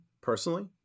personally